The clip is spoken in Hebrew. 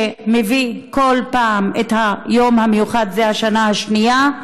שמביא את היום המיוחד זאת השנה השנייה,